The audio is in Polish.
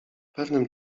pewnym